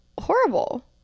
horrible